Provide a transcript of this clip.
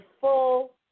full